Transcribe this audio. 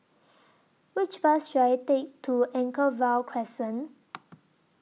Which Bus should I Take to Anchorvale Crescent